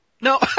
No